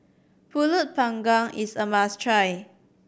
Pulut Panggang is a must try